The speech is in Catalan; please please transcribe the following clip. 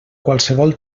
qualsevol